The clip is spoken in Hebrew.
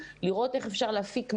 לראות איך אפשר להפיק מהם,